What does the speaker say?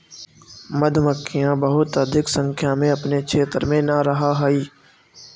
मधुमक्खियां बहुत अधिक संख्या में अपने क्षेत्र में न रहअ हई